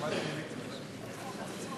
(חברי הכנסת מכבדים בקימה את צאת נשיא המדינה מאולם המליאה.)